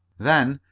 then,